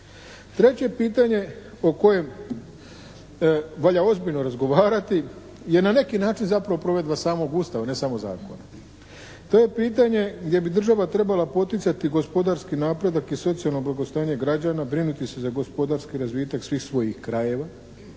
Treće pitanje o kojem valja ozbiljno razgovarati je na neki način zapravo provedba samog Ustava, ne samo zakona. To pitanje gdje bi država trebala poticati gospodarski napredak i socijalno blagostanje građana, brinuti se za gospodarski razvitak svih svojih krajeva